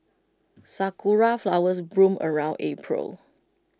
Sakura Flowers bloom around April